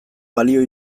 balio